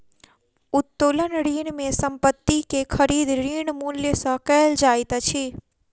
उत्तोलन ऋण में संपत्ति के खरीद, ऋण मूल्य सॅ कयल जाइत अछि